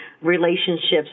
relationships